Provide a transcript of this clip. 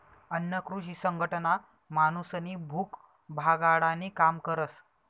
अन्न कृषी संघटना माणूसनी भूक भागाडानी काम करस